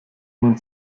man